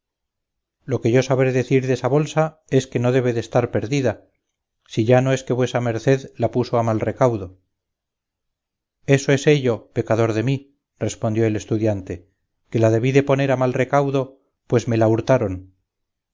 lo que yo sabré decir desa bolsa es que no debe de estar perdida si ya no es que vuesa merced la puso a mal recaudo eso es ello pecador de mí respondió el estudiante que la debí de poner a mal recaudo pues me la hurtaron